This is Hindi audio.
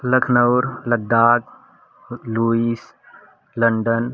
Lucknow Ladakh Port Louis London